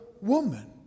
woman